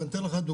אני אתן דוגמה.